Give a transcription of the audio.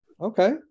okay